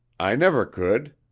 i never could.